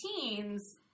teens